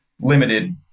limited